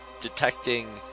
detecting